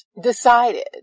decided